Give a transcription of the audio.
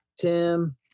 Tim